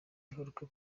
ingaruka